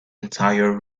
entire